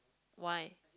why